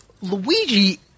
Luigi